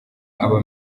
aba